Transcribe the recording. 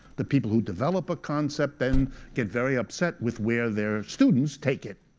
the people who develop a concept then get very upset with where their students take it.